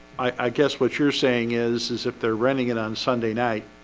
i guess what you're saying is is if they're renting it on sunday night